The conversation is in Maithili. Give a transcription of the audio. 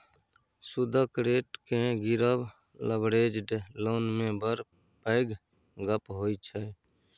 सुदक रेट केँ गिरब लबरेज्ड लोन मे बड़ पैघ गप्प होइ छै